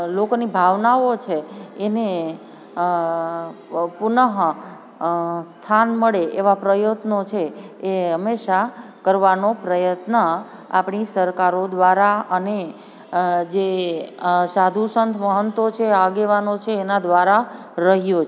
લોકોની ભાવનાઓ છે એને પુનહ સ્થાન મળે એવા પ્રયત્નો છે એ હંમેશા કરવાનો પ્રયત્ન આપણી સરકારો દ્વારા અને જે સાધુ સંતમહંતો છે આગેવાનો છે એના દ્વારા રહ્યો